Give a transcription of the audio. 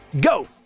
Go